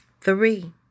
Three